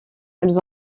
elles